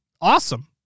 awesome